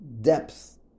depth